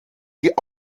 die